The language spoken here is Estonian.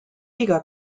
iga